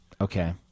Okay